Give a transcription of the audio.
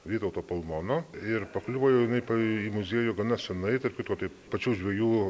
vytauto pulmono ir pakliuvo jau jinai pa į muziejų gana senai tarp kitko tai pačių žvejų